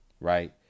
right